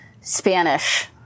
Spanish